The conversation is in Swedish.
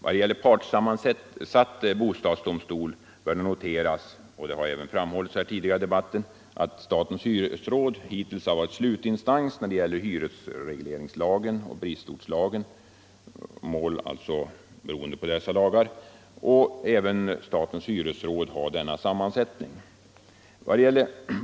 Vad beträffar partssammansatt bostadsdomstol bör noteras — det har också framhållits tidigare i debatten — att statens hyresråd, som hittills varit slutinstans när det gäller hyresregleringslagen och bristortslagen, har denna sammansättning.